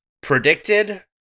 Predicted